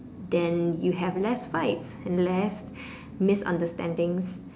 then you have less fights and less misunderstandings